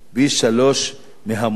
פי-שלושה מהמורים".